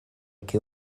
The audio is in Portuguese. que